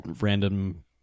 random